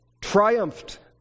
triumphed